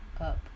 up